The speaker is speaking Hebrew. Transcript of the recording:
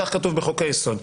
כך כתוב בחוק היסוד.